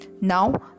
Now